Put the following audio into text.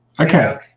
Okay